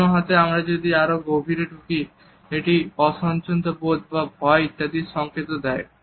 অন্য হাতে আমরা যদি আরো গভীরে ঢুকি এটি অস্বচ্ছন্দ্যবোধ বা ভয় ইত্যাদির সংকেতও দেয়